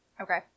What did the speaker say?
Okay